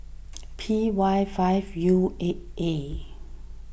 P Y five U eight A